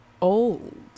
old